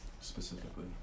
specifically